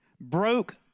broke